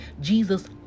Jesus